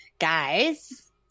Guys